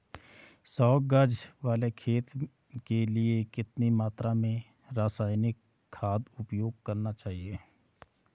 सौ गज वाले खेत के लिए कितनी मात्रा में रासायनिक खाद उपयोग करना चाहिए?